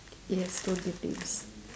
yes don't give names